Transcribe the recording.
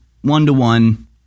one-to-one